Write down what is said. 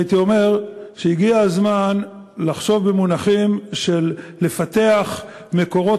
והייתי אומר שהגיע הזמן לחשוב במונחים של לפתח מקורות